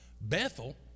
Bethel